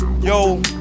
yo